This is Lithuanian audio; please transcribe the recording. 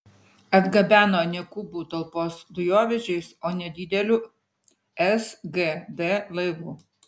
atgabeno ne kubų talpos dujovežiais o nedideliu sgd laivu